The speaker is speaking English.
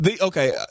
okay